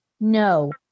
no